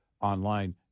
online